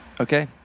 Okay